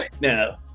no